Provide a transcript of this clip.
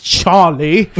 Charlie